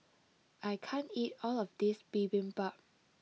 I can't eat all of this Bibimbap